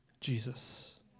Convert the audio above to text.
Jesus